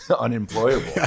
unemployable